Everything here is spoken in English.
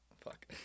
Fuck